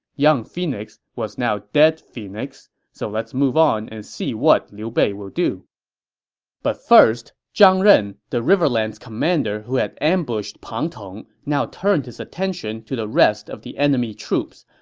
young phoenix is now dead phoenix, so let's move on and see what liu bei will do but first, zhang ren, the riverlands commander who had ambushed pang tong, now turned his attention to the rest of the enemy troops.